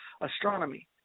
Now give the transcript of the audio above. astronomy